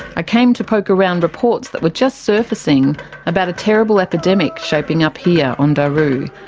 i came to poke around reports that were just surfacing about a terrible epidemic shaping up here on daru.